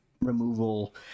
removal